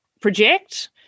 project